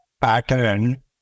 pattern